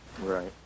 Right